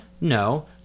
no